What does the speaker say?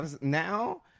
now